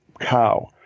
cow